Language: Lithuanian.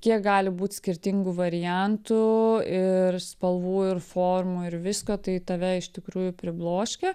kiek gali būt skirtingų variantų ir spalvų ir formų ir visko tai tave iš tikrųjų pribloškia